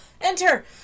Enter